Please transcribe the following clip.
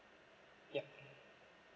yup